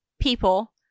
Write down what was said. people